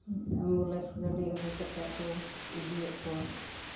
ambulance ᱜᱟᱹᱰᱤ ᱟᱹᱜᱩ ᱠᱟᱛᱮᱫ ᱠᱚ ᱤᱫᱤᱭᱮᱫ ᱠᱚᱣᱟ